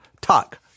talk